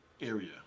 area